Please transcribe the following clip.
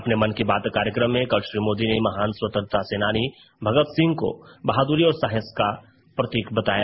अपने मन की बात कार्यक्रम में कल श्री मोदी ने महान स्वतंत्रता सेनानी भगत सिंह को बहादुरी और साहस का प्रतीक बताया